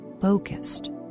focused